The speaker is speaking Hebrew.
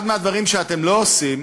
אחד הדברים שאתם לא עושים